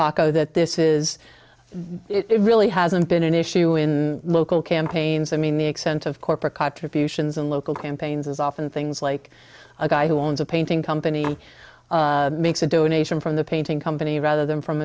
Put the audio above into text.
with that this is it really hasn't been an issue in local campaigns i mean the extent of corporate contributions and local campaigns is often things like a guy who owns a painting company makes a donation from the painting company rather than from